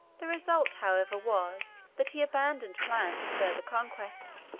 the result, however, was, that he abandoned plans of further conquest,